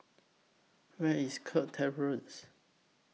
Where IS Kirk Terrace